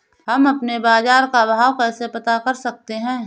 हम अपने बाजार का भाव कैसे पता कर सकते है?